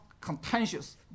contentious